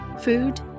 food